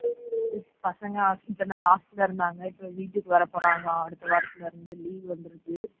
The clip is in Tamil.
இத் பசங்க இத்தனை நாள் ஹாஸ்டலில் இருந்தாங்க இப்போ வீட்டுக்கு வரப் போகறாங்களாம் அடுத்த வாரத்துலேருந்து லீவ் வந்துருது